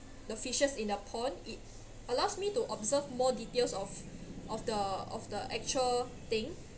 the fishes in the pond it allows me to observe more details of of the of the actual thing